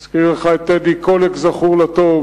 אני מזכיר לך את טדי קולק, זכור לטוב,